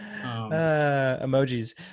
Emojis